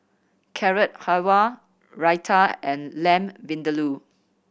Carrot Halwa Raita and Lamb Vindaloo